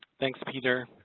thanks peter.